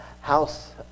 house